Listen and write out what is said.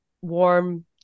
warm